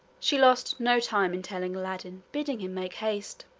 she lost no time in telling aladdin, bidding him make haste.